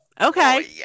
Okay